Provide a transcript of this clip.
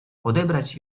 odebrać